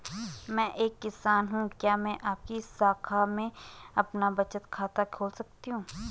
मैं एक किसान हूँ क्या मैं आपकी शाखा में अपना बचत खाता खोल सकती हूँ?